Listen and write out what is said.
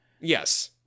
yes